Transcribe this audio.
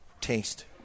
taste